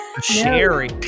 Sherry